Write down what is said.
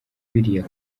biriya